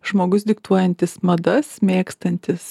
žmogus diktuojantis madas mėgstantis